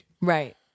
Right